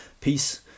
Peace